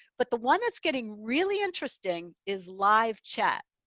but the one that's getting really interesting is live chat.